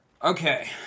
Okay